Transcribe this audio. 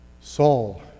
Saul